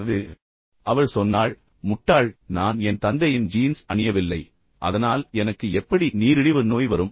எனவே அவள் சொன்னாள் முட்டாள் நான் என் தந்தையின் ஜீன்ஸ் அணியவில்லை அதனால் எனக்கு எப்படி நீரிழிவு நோய் வரும்